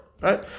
right